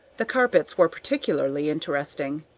the carpets were particularly interesting,